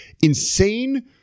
insane